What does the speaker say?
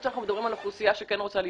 אנחנו מדברים על אוכלוסייה שכן רוצה ללמוד,